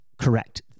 Correct